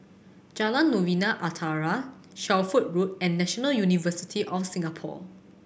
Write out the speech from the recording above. Jalan Novena Utara Shelford Road and National University of Singapore